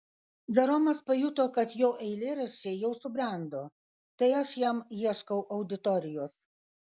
džeromas pajuto kad jo eilėraščiai jau subrendo tai aš jam ieškau auditorijos